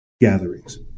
gatherings